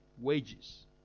wages